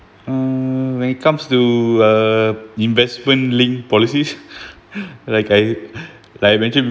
mm when it comes to uh investment linked policies like I like I mentioned